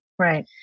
Right